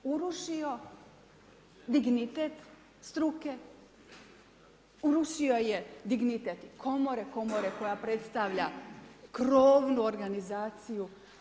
Urušio dignitet struke, urušio je dignitet komore, komore koja predstavlja krovnu organizaciju.